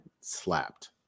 slapped